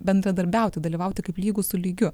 bendradarbiauti dalyvauti kaip lygus su lygiu